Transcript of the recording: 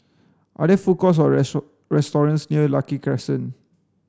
are there food courts or restaurants near Lucky Crescent